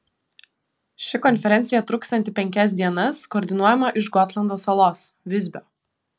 ši konferencija truksianti penkias dienas koordinuojama iš gotlando salos visbio